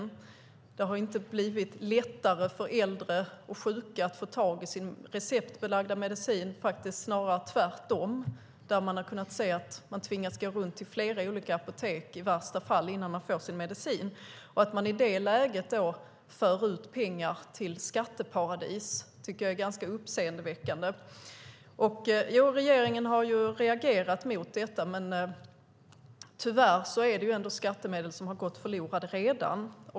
Det har inte blivit lättare för äldre och sjuka att få tag i sin receptbelagda medicin, snarare tvärtom. Man tvingas i värsta fall gå runt till flera olika apotek innan man får sin medicin. Att man i det läget för ut pengar till skatteparadis tycker jag är ganska uppseendeväckande. Regeringen har reagerat mot detta, men tyvärr har skattemedel redan gått förlorade.